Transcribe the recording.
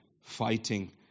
fighting